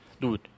dude